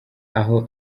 aho